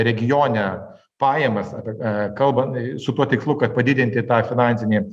regione pajamas apie ką kalba su tuo tikslu kad padidinti tą finansinį